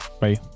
Bye